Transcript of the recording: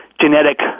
genetic